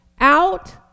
Out